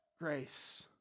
grace